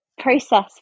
process